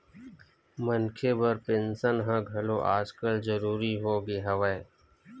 मनखे बर पेंसन ह घलो आजकल जरुरी होगे हवय